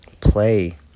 Play